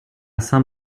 saint